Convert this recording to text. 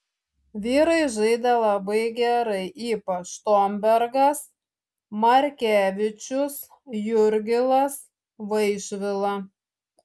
vyrai žaidė labai gerai ypač štombergas markevičius jurgilas vaišvila